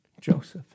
Joseph